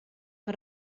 que